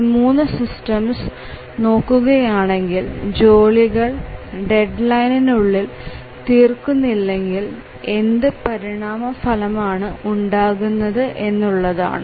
ഈ മൂന്ന് സിസ്റ്റംസ് നോക്കുകയാണെങ്കിൽ ജോലികൾ ഡെഡ്ലൈൻ ഉള്ളിൽ തീർക്കുന്നില്ലങ്കിൽ എന്ത് പരിണിതഫലമാണ് ഉണ്ടാകുന്നത് എന്നുള്ളതാണ്